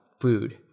food